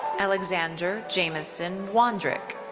alexander jamison wandrick.